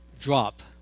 drop